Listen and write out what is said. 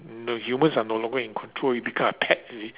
the humans are no longer in control you become a pet you see